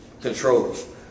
controls